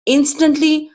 Instantly